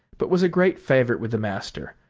but was a great favorite with the master,